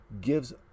gives